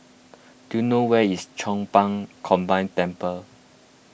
do you know where is Chong Pang Combined Temple